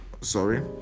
sorry